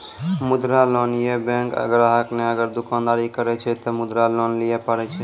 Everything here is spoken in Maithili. मुद्रा लोन ये बैंक ग्राहक ने अगर दुकानी करे छै ते मुद्रा लोन लिए पारे छेयै?